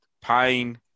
pain